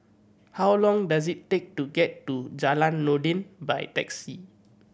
how long does it take to get to Jalan Noordin by taxi